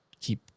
keep